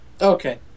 Okay